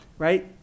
right